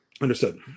Understood